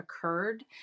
occurred